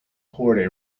poured